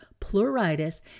pleuritis